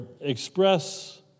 express